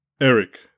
Eric